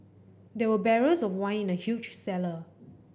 there were barrels of wine in the huge cellar